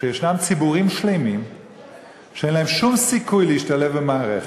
שיש ציבורים שלמים שאין להם שום סיכוי להשתלב במערכת,